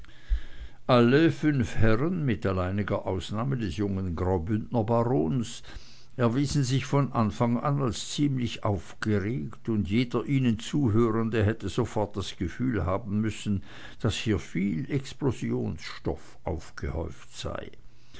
alle fünf herren mit alleiniger ausnahme des jungen graubündner barons erwiesen sich von anfang an als ziemlich aufgeregt und jeder ihnen zuhörende hätte sofort das gefühl haben müssen daß hier viel explosionsstoff aufgehäuft sei